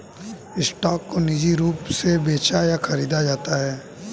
stock को निजी रूप से बेचा या खरीदा जाता है